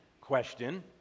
question